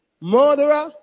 murderer